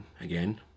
again